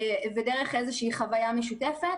זה יכול להיות דרך איזו שהיא חוויה משותפת.